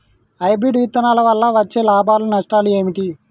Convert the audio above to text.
Hybrid విత్తనాల వల్ల వచ్చే లాభాలు నష్టాలు ఏమిటి?